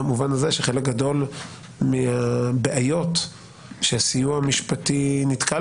במובן הזה שחלק גדול מהבעיות שהסיוע המשפטי נתקל